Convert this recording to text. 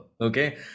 Okay